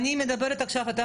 אני רוצה סיבוב קצר ואז אתם,